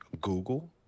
Google